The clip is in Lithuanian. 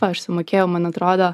aš sumokėjau man atrodo